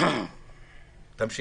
ראינו